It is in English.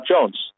Jones